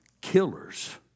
killers